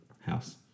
house